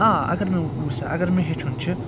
آ اگر مےٚ وٕچھ سا اگر مےٚ ہیٚچھُن چھُ